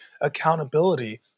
accountability